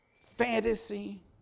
fantasy